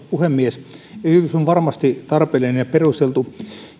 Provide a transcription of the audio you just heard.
puhemies esitys on varmasti tarpeellinen ja perusteltu